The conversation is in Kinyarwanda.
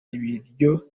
ibiryo